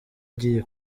agiye